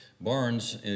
Barnes